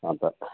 अन्त